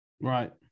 right